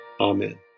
Amen